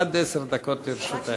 עד עשר דקות לרשותך.